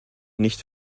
nicht